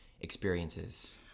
experiences